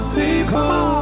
people